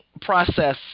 process